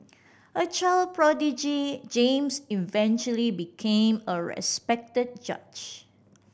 a child prodigy James eventually became a respected judge